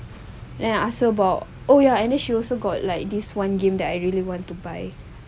then I ask her about oh ya she also got like this one game that I really want to buy